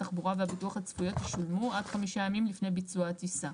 תחבורה והביטוח הצפויות ישולמו עד חמישה ימים לפני ביצוע הטיסה.